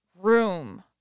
room